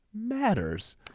matters